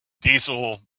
diesel